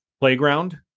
playground